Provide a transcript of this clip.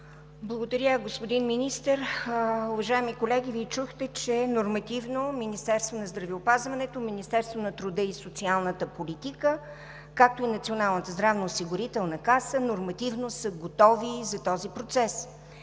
Благодаря, господин Министър. Уважаеми колеги, Вие чухте, че Министерството на здравеопазването, Министерството на труда и социалната политика, както и Националната здравноосигурителна каса нормативно са готови за този процес.